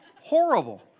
horrible